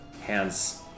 hands